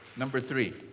number three.